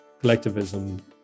collectivism